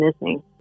missing